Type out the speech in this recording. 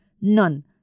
none